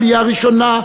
עלייה ראשונה,